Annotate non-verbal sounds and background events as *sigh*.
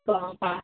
*unintelligible* ப்பா